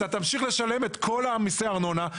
אתה תמשיך לשלם את כול מיסי הארנונה,